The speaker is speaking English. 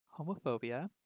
homophobia